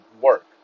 work